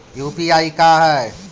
UPI का है?